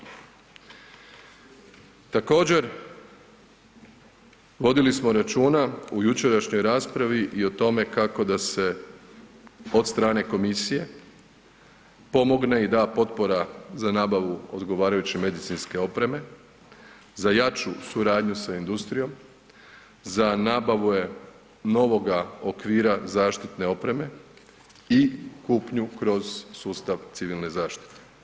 Također vodili smo računa u jučerašnjoj raspravi i o tome kako da se od strane komisije pomogne i da potpora za nabavu odgovarajuće medicinske opreme za jaču suradnju sa industrijom, za nabavu je novoga okvira zaštitne opreme i kupnju kroz sustav civilne zaštite.